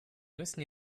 müssen